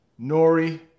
Nori